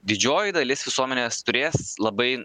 didžioji dalis visuomenės turės labai